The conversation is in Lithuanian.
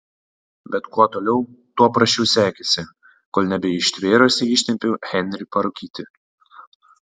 bet kuo toliau tuo prasčiau sekėsi kol nebeištvėrusi išsitempiau henrį parūkyti